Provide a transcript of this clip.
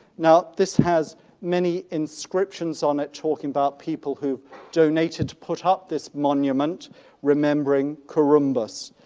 now this has many inscriptions on it talking about people who donated to put up this monument remembering korymbos.